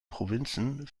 provinzen